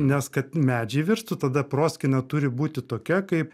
nes kad medžiai virstų tada proskyna turi būti tokia kaip